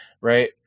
right